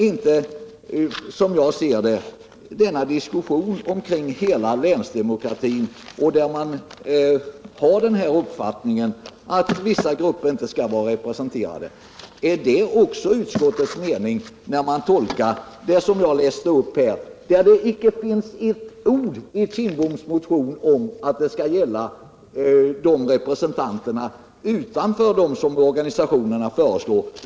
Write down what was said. I diskussionen kring länsdemokratin har man menat att vissa grupper inte skall vara representerade. Är det också utskottets mening? Är det utskottets tolkning av det jag tidigare läste upp? I Bengt Kindboms motion finns icke ett ord om att denna ordning skall gälla representanterna utan för dem som organisationerna föreslår.